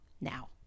now